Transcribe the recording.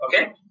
Okay